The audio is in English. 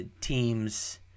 teams